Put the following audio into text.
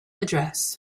address